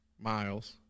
miles